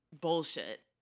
bullshit